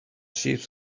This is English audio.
sheep